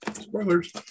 Spoilers